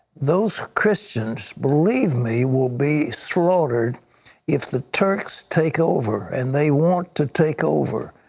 those christians, believe me, will be slaughtered if the turks takeover, and they want to takeover.